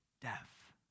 death